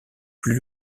plus